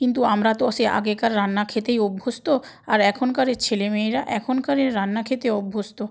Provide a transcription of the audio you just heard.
কিন্তু আমরা তো সেই আগেকার রান্না খেতেই অভ্যস্ত আর এখনকারের ছেলে মেয়েরা এখনকারের রান্না খেতে অভ্যস্ত